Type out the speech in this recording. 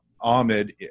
Ahmed